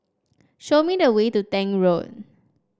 show me the way to Tank Road